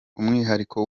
umwihariko